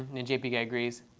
and and jpguy agrees.